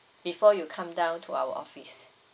before you come down to our office